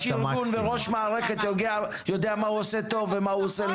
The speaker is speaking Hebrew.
ראש ארגון וראש מערכת יודע מה הוא עושה טוב ומה הוא לא